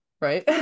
right